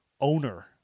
owner